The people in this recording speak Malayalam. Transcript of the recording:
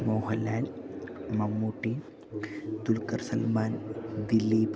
മോഹലാൽ മമ്മൂട്ടി ദുൽഖർ സൽമാൻ ദിലീപ്